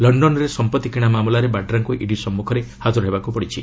ଲକ୍ଷନରେ ସମ୍ପତ୍ତି କିଣା ମାମଲାରେ ବାଡ୍ରାଙ୍କୁ ଇଡି ସମ୍ମୁଖରେ ହାକର ହେବାକୁ ପଡ଼ିଛି